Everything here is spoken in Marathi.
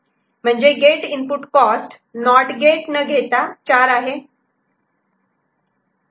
म्हणजे get input cost not get न घेता 4 आहे